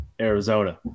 Arizona